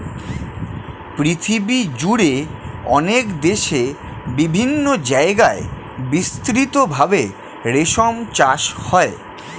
পৃথিবীজুড়ে অনেক দেশে বিভিন্ন জায়গায় বিস্তৃত ভাবে রেশম চাষ হয়